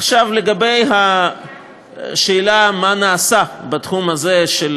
עכשיו לגבי השאלה מה נעשה בתחום הזה של